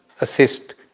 assist